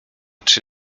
czy